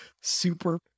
super